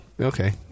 Okay